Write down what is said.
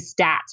stats